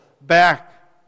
back